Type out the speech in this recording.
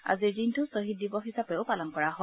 আজিৰ দিনটো ছহিদ দিৱস হিচাপেও পালন কৰা হয়